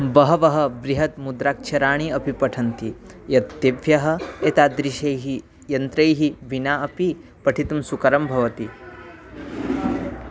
बहवः बृहत् मुद्राक्षराणि अपि पठन्ति यत् तेभ्यः एतादृशैः यन्त्रैः विना अपि पठितुं सुकरं भवति